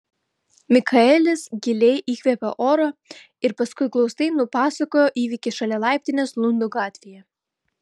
mikaelis giliai įkvėpė oro ir paskui glaustai nupasakojo įvykį šalia laiptinės lundo gatvėje